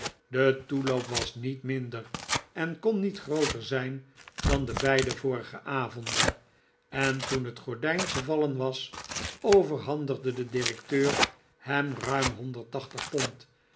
de toeloop was niet minder en kon niet grooter zijn dan de beide vorige avonden en toen het gordijn gevallen was overhandigde de directeur hem ruim